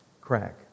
crack